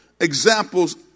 examples